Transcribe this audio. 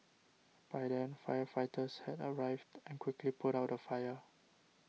by then firefighters had arrived and quickly put out the fire